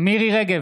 מירי מרים רגב,